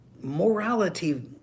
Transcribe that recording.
morality